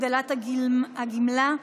הגדלת הגמלה),